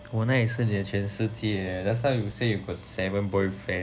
我哪里是你的全世界 just now you say you got seven boyfriend